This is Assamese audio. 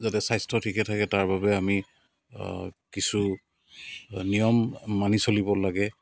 যাতে স্বাস্থ্য ঠিকে থাকে তাৰবাবে আমি কিছু নিয়ম মানি চলিব লাগে